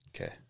Okay